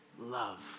love